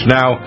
now